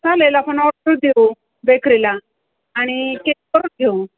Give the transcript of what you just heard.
चालेल आपण ऑर्डर देऊ बेकरीला आणि केक करून घेऊ